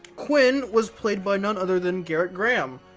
quinn was played by none other than gerrit graham,